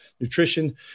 nutrition